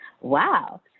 Wow